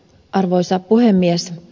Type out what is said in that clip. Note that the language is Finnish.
arvoisa puhemies